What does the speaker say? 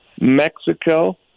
Mexico